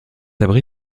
abri